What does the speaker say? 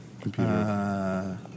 computer